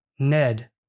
Ned